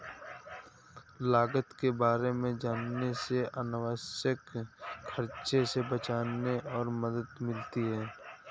लागत के बारे में जानने से अनावश्यक खर्चों से बचने में मदद मिलती है